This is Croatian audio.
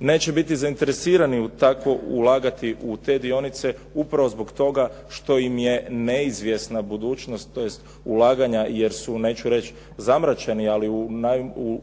neće biti zainteresirani u takvu ulagati u te dionice upravo zbog toga što im je neizvjesna budućnost, tj. ulaganja jer su, neću reći zamračeni, ali